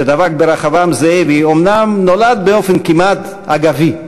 שדבק ברחבעם זאבי אומנם נולד באופן כמעט אגבי,